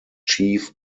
chief